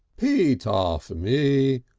pete arf me,